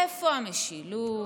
איפה המשילות?